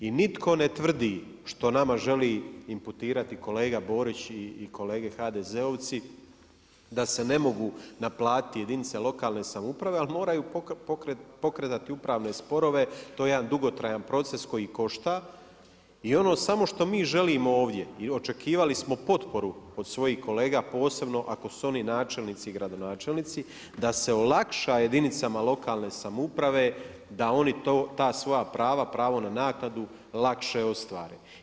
I nitko ne tvrdi što nama želi imputirati kolega Borić i kolege HDZ-ovci, da se ne mogu naplatiti jedinice lokalne samouprave, ali moraju pokretati upravne sporove, to je jedan dugotrajan proces koji košta i ono samo što mi želim ovdje i očekivali smo potporu od svojih kolega, posebno ako su oni načelnici i gradonačelnici, da se olakša jedinicama lokalne samouprave da oni ta svoja prava, pravo na naknadu lakše ostvare.